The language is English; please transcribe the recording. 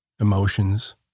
emotions